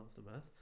aftermath